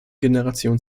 generationen